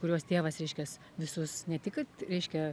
kuriuos tėvas reiškias visus ne tik kad reiškia